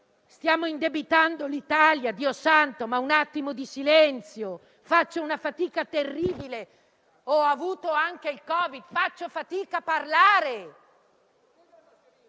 Stiamo indebitando l'Italia, un attimo di silenzio! Faccio una fatica terribile; ho avuto anche il Covid. Faccio fatica a parlare!